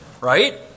right